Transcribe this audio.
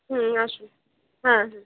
হুম আসুন হ্যাঁ হ্যাঁ